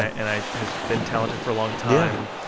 and i has been talented for a long time.